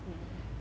mm